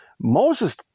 Moses